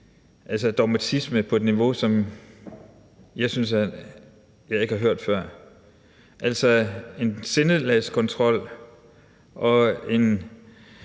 dogmatisme på et niveau, som jeg ikke synes jeg har hørt før – altså en sindelagskontrol og en